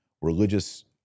religious